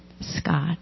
Scott